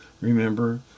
remember